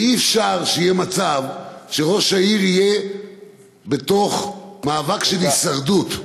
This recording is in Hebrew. אי-אפשר שראש העיר יהיה במאבק של הישרדות.